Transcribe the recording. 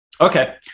okay